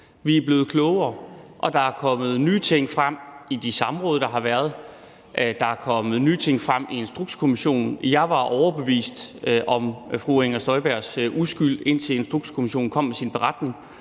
Vi er blevet klogere. Der er kommet nye ting frem i de samråd, der har været, og der er kommet nye ting frem i Instrukskommissionen. Jeg var overbevist om fru Inger Støjbergs uskyld, indtil Instrukskommissionen kom med sin beretning.